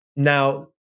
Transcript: Now